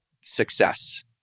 success